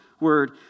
word